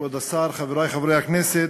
כבוד השר, חברי חברי הכנסת,